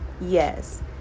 yes